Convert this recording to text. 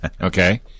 Okay